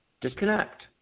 Disconnect